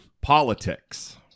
politics